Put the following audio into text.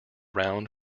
round